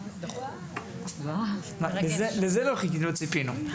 לזה לא ציפינו.